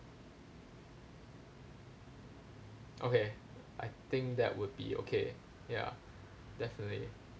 okay I think that would be okay ya definitely